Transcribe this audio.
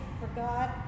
forgot